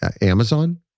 Amazon